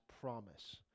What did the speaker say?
promise